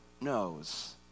knows